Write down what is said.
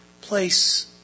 Place